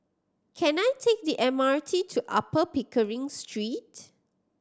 can I take the M R T to Upper Pickering Street